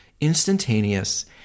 instantaneous